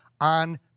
on